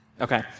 Okay